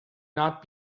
not